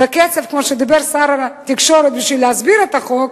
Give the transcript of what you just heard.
בקצב כמו שדיבר שר התקשורת בשביל להסביר את החוק,